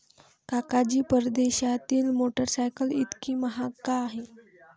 काका जी, परदेशातील मोटरसायकल इतकी महाग का आहे?